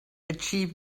achieve